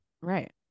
Right